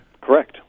Correct